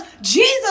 Jesus